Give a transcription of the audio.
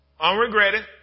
Unregretted